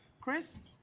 Chris